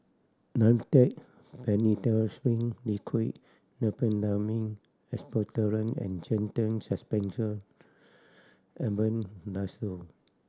Dimetapp Phenylephrine Liquid Diphenhydramine Expectorant and Zental Suspension Albendazole